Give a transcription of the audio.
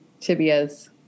Tibias